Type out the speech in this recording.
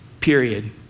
period